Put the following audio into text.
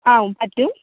ആം പറ്റും